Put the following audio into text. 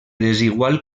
desigual